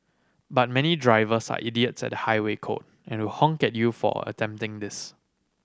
but many drivers are idiots at highway code and honk get you for attempting this